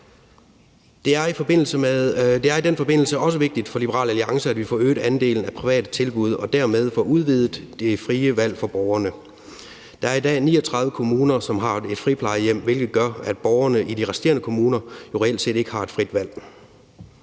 Det er i den forbindelse også vigtigt for Liberal Alliance, at vi får øget andelen af private tilbud og dermed får udvidet det frie valg for borgerne. Der er i dag i alt 39 kommuner, som har et friplejehjem, hvilket gør, at borgerne i de resterende kommuner jo reelt set ikke har et frit valg.